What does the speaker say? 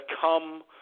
come